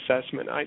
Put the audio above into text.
assessment